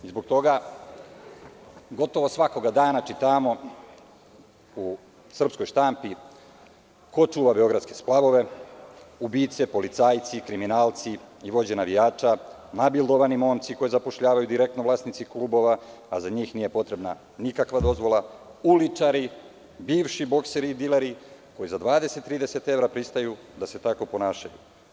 Zbog toga gotovo svakog dana čitamo u srpskoj štampi ko čuva beogradske splavove - ubice, policajci, kriminalci i vođe navijača, nabildovani momci koje zapošljavaju direktno vlasnici klubova, a za njih nije potrebna nikakva dozvola, uličari, bivši bokseri i dileri koji za 20, 30 evra pristaju da se tako ponašaju.